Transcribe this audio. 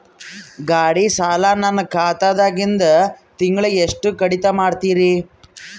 ಗಾಢಿ ಸಾಲ ನನ್ನ ಖಾತಾದಾಗಿಂದ ತಿಂಗಳಿಗೆ ಎಷ್ಟು ಕಡಿತ ಮಾಡ್ತಿರಿ?